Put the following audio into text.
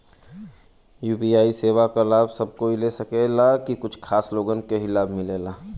UPI सेवा क लाभ सब कोई ले सकेला की कुछ खास लोगन के ई लाभ मिलेला?